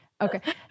Okay